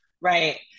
right